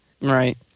right